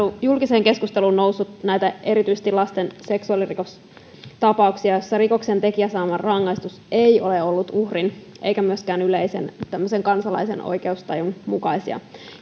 julkiseen keskusteluun noussut erityisesti näitä lapsiin kohdistuneita seksuaalirikostapauksia joissa rikoksentekijän saama rangaistus ei ole ollut uhrin eikä myöskään yleisen kansalaisen oikeustajun mukaisia